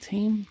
Team